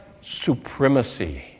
supremacy